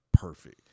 perfect